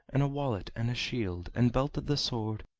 and a wallet, and a shield, and belted the sword,